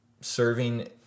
serving